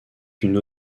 une